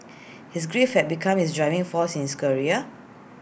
his grief had become his driving for since career